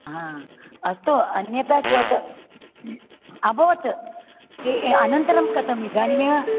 हा अस्तु अन्यता तत् अबवत् ए ए अनन्तरं कथम् इदानीमेव